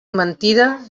mentida